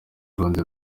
urundi